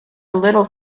little